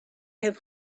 have